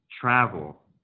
travel